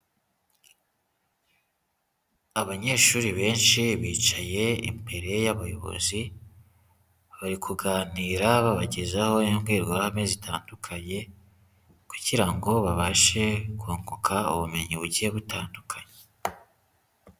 Abanyeshuri benshi bicaye imbere y'abayobozi, bari kuganira, babagezaho imbwirwaruhame zitandukanye kugira ngo babashe kunguka ubumenyi bugiye butandukanye.